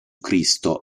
cristo